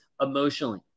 emotionally